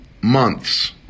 months